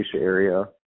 area